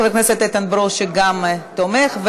חבר הכנסת איתן ברושי גם הוא תומך,